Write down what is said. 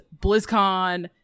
BlizzCon